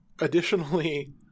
additionally